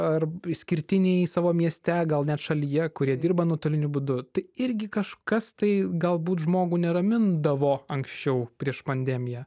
arb išskirtiniai savo mieste gal net šalyje kurie dirba nuotoliniu būdu tai irgi kažkas tai galbūt žmogų neramindavo anksčiau prieš pandemiją